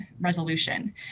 resolution